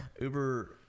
Uber